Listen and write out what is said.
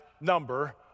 number